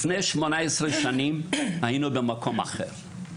לפני 18 שנים היינו במקום אחר.